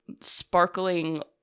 sparkling